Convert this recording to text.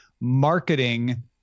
marketing